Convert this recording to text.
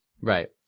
Right